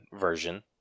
version